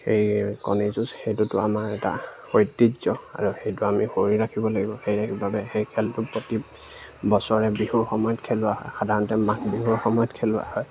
সেই কণী যুঁজ সেইটোতো আমাৰ এটা ঐতিহ্য আৰু সেইটো আমি কৰি ৰাখিব লাগিব সেই বাবে সেই খেলটো প্ৰতি বছৰে বিহুৰ সময়ত খেলোৱা হয় সাধাৰণতে মাঘ বিহুৰ সময়ত খেলোৱা হয়